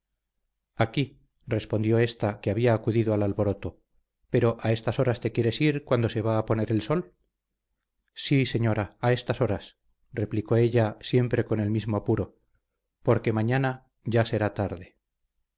aquí respondió ésta que había acudido al alboroto pero a estas horas te quieres ir cuando se va a poner el sol sí señora a estas horas replicó ella siempre con el mismo apuro porque mañana ya será tarde